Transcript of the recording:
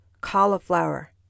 cauliflower